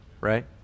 right